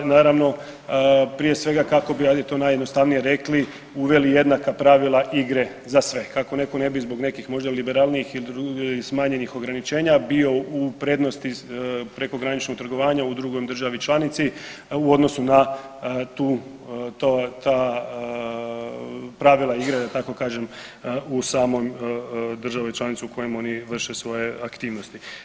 Naravno prije svega kako bi oni to najjednostavnije rekli, uveli jednaka pravila igre za sve kako netko ne bi zbog nekih možda liberalnijih i smanjenih ograničenja bio u prednosti prekograničnog trgovanja u drugoj državi članici u odnosu na tu, ta pravila igre da tako kažem u samoj državi članici u kojim oni vrše svoje aktivnosti.